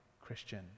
Christian